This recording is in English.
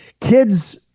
kids